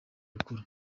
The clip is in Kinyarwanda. rukuru